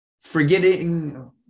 Forgetting